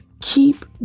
keep